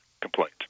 complaint